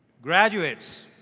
graduates,